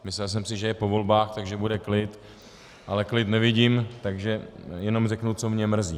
Myslel jsem si, že je po volbách, takže bude klid, ale klid nevidím, takže jenom řeknu, co mě mrzí.